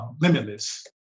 Limitless